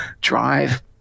Drive